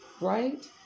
right